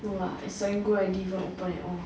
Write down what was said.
no serangoon did not open at all